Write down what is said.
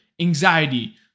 anxiety